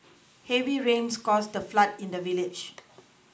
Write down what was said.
heavy rains caused a flood in the village